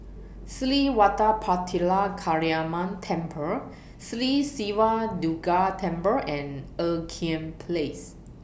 Sri Vadapathira Kaliamman Temple Sri Siva Durga Temple and Ean Kiam Place